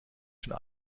schon